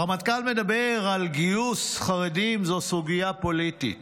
הרמטכ"ל מדבר על גיוס חרדים, זו סוגיה פוליטית.